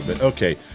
Okay